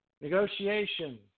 negotiation